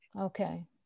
Okay